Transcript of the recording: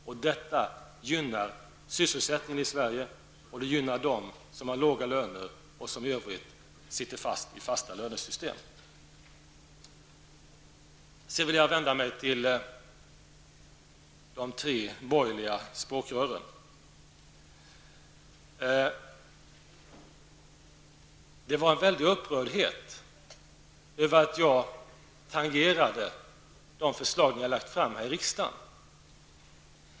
Och detta gynnar sysselsättningen i Sverige, och det gynnar dem som har låga löner och som i övrigt sitter fast i fasta lönesystem. Sedan vill jag vända mig till de tre borgerliga språkrören. Ni var mycket upprörda över att jag tangerade de förslag som ni har lagt fram här i riksdagen.